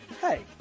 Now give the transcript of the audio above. Hey